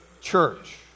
church